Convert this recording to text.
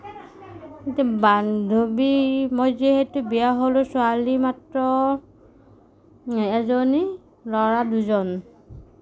বান্ধৱী মই যিহেতু বিয়া হ'লোঁ ছোৱালী মাত্ৰ এজনী ল'ৰা দুজন